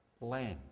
land